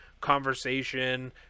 conversation